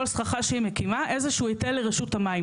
סככה שהיא מקימה איזשהו היטל לרשות המים.